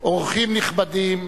אורחים נכבדים,